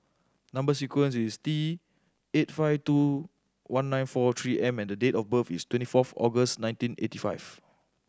number sequence is T eight five two one nine four Three M and date of birth is twenty fourth August nineteen eighty five